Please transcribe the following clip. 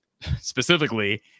Specifically